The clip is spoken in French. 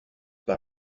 par